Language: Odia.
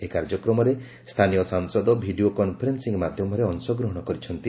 ଏହି କାର୍ଯ୍ୟକ୍ରମରେ ସ୍ଥାନୀୟ ସାଂସଦ ଭିଡ଼ିଓ କନ୍ଫରେନ୍ସିଂ ମାଧ୍ୟମରେ ଅଶଗ୍ରହଣ କରିଛନ୍ତି